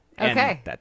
Okay